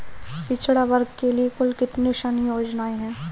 पिछड़ा वर्ग के लिए कुल कितनी ऋण योजनाएं हैं?